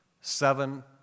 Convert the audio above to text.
seven